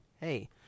hey